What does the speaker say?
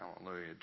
hallelujah